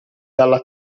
dalla